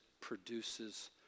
produces